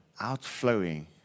outflowing